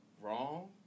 wrong